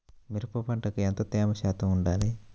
మిరప పంటకు ఎంత తేమ శాతం వుండాలి?